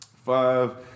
Five